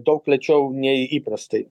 daug lėčiau nei įprastai